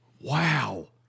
Wow